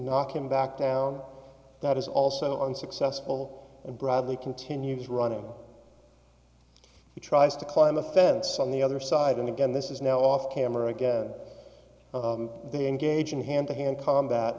knock him back down that is also on successful and bradley continues running he tries to climb a fence on the other side and again this is now off camera they engage in hand to hand combat